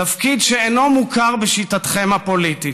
תפקיד שאינו מוכר בשיטתכם הפוליטית.